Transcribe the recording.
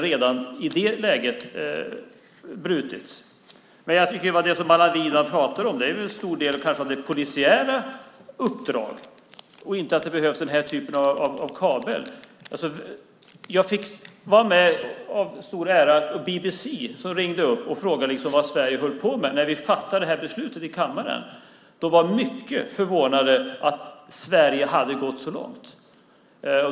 Redan i det läget har integriteten brutits. Det som Allan Widman pratar om är kanske en stor del av det polisiära uppdraget och inte att det behövs den här typen av kabel. Jag hade den stora äran att bli uppringd av BBC som frågade vad vi i Sverige höll på med när vi fattade det här beslutet i kammaren. De var mycket förvånade över att Sverige hade gått så långt.